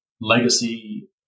legacy